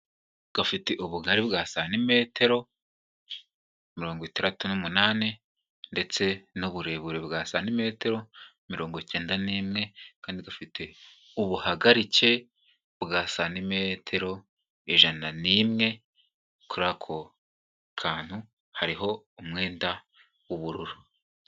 Gafite ubugari bwa santimetero mirongo itandatu n’umunani ndetse n’uburebure bwa santimetero mirongo icyenda n’imwe kandi gafite ubuhagarike bwa santimetero ijana n’imwe, kuri ako kantu hariho umwenda w'ubururu.